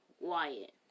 Wyatt